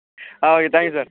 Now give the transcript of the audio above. ah okay thank you sir